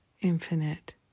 infinite